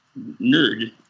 nerd